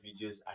videos